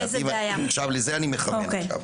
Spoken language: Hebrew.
ולזה אני מכוון עכשיו.